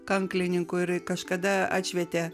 kanklininkų ir kažkada atšvietė